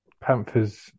Panthers